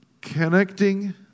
Connecting